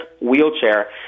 wheelchair